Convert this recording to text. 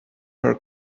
her